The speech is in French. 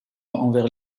envers